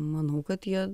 manau kad jie